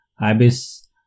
ibis